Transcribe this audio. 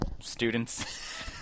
students